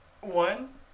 one